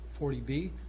40b